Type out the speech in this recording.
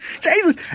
Jesus